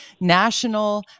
National